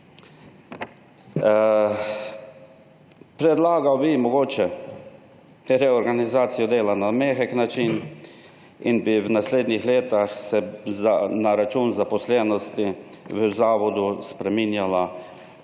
Predlagal bi mogoče reorganizacijo dela na mehek način in bi se v naslednjih letih na račun zaposlenosti v zavodu spreminjala